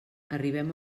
arribem